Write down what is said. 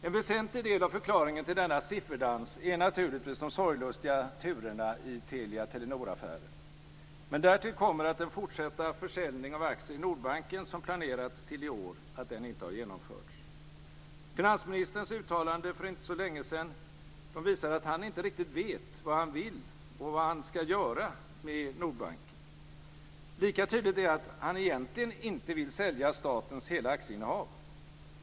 En väsentlig del av förklaringen till denna sifferdans är naturligtvis de sorglustiga turerna i Telia Telenor-affären. Därtill kommer att den fortsatta försäljning av aktier i Nordbanken som planerats till i år inte har genomförts. Finansministerns uttalande för inte så länge sedan visar att han inte riktigt vet vad han vill och vad han ska göra med Nordbanken. Lika tydligt är att han egentligen inte vill sälja statens hela aktieinnehav.